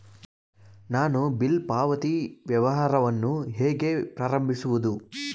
ನಾನು ಬಿಲ್ ಪಾವತಿ ವ್ಯವಹಾರವನ್ನು ಹೇಗೆ ಪ್ರಾರಂಭಿಸುವುದು?